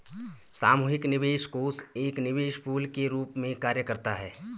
सामूहिक निवेश कोष एक निवेश पूल के रूप में कार्य करता है